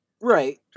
Right